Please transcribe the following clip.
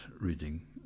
reading